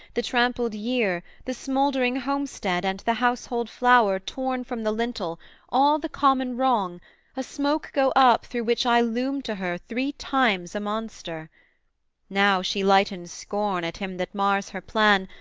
the trampled year, the smouldering homestead, and the household flower torn from the lintel all the common wrong a smoke go up through which i loom to her three times a monster now she lightens scorn at him that mars her plan,